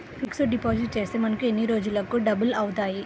Fixed deposit చేస్తే మనకు ఎన్ని రోజులకు డబల్ అవుతాయి?